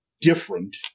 different